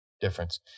difference